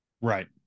Right